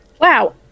Wow